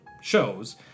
shows